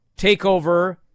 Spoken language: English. TakeOver